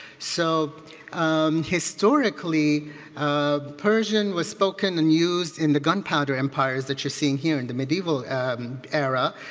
so historically persian was spoken and used in the gunpowder empires that you're seeing here in the medieval era.